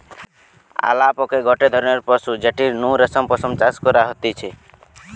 আলাপকে গটে ধরণের পশু যেটির নু রেশম পশম চাষ করা হতিছে